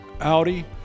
Audi